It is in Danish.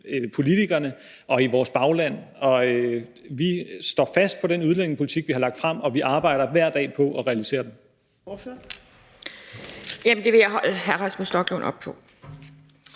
politikerne og i vores bagland. Vi står fast på den udlændingepolitik, vi har lagt frem, og vi arbejder hver dag på at realisere den. Kl. 14:03 Fjerde næstformand (Trine